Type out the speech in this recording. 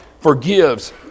forgives